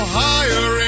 higher